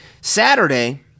Saturday